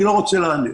אני לא רוצה להגיד.